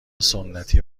سنتی